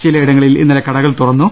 ചില യിടങ്ങളിൽ ഇന്നലെ കടകൾ തുറന്നു